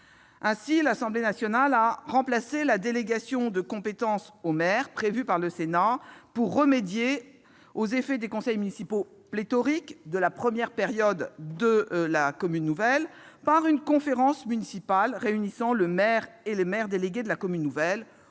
Ainsi, l'Assemblée nationale a remplacé la délégation de compétences au maire que nous avions prévue pour remédier aux effets des conseils municipaux pléthoriques de la première période, par une conférence municipale réunissant le maire et les maires délégués de la commune nouvelle